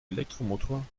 elektromotor